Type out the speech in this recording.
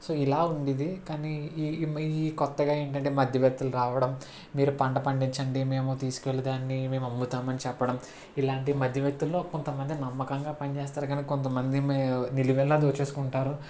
so ఇలా ఉండేది కానీ ఈ ఈ కొత్తగా ఏంటంటే మధ్యవర్తులు రావడం మీరు పంట పండించండి మేము తీసుకు వెళ్ళి దాన్ని మేము అమ్ముతామని చెప్పడం ఇలాంటి మధ్యవర్తులో కొంతమంది నమ్మకంగా పనిచేస్తారు కానీ కొంత మంది నిలువెల్లా దోచేసుకుంటారు